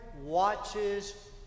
watches